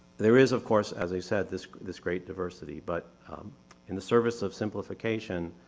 there is of course as i said, this this great diversity, but in the service of simplification,